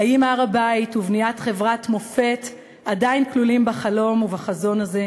האם הר-הבית ובניית חברת מופת עדיין כלולים בחלום ובחזון הזה,